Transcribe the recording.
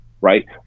right